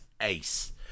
ace